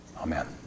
Amen